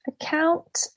account